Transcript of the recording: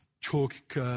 talk